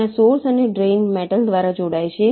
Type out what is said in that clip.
ત્યાં સોર્સ અને drain metal દ્વારા જોડાય છે